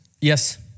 Yes